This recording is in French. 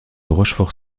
rochefort